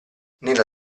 nella